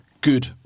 good